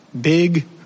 big